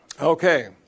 Okay